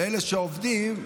ואלה שעובדים,